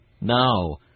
now